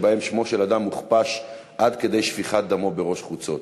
שבהם שמו של אדם הוכפש עד כדי שפיכת דמו בראש חוצות,